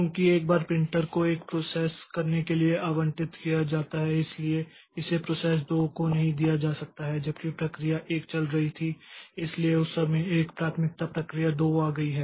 चूँकि एक बार प्रिंटर को 1 प्रोसेस करने के लिए आवंटित किया जाता है इसलिए इसे प्रोसेस 2 को नहीं दिया जा सकता है जबकि प्रक्रिया 1 चल रही थी इसलिए उस समय एक प्राथमिकता प्रक्रिया 2 आ गई है